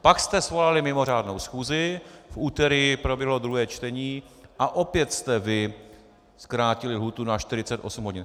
Pak jste svolali mimořádnou schůzi, v úterý proběhlo druhé čtení a opět jste vy zkrátili lhůtu na 48 hodin.